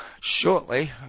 shortly